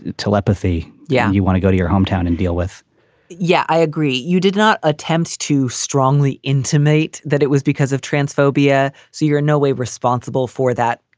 telepathy. yeah. you want to go to your hometown and deal with yeah, i agree. you did not attempts to strongly intimate that it was because of transphobia. so you're in no way responsible for that.